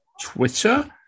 Twitter